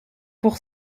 pour